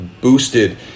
boosted